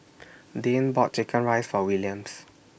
Dayne bought Chicken Rice For Williams